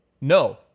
No